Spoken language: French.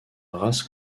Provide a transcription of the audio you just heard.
races